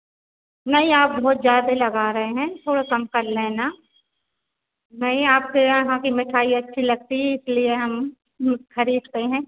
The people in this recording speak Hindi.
नहीं आप बहुत ज़्यादा लगा रहे हैं थोड़ा कम कर लेना नहीं आपके यहाँ की मेठाई अच्छी लगती इसलिए हम खरीदते हैं